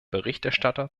berichterstatter